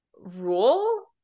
rule